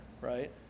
right